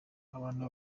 abantu